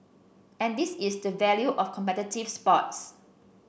and this is the value of competitive sports